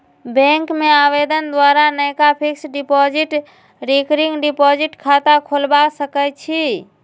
bank में आवेदन द्वारा नयका फिक्स्ड डिपॉजिट, रिकरिंग डिपॉजिट खता खोलबा सकइ छी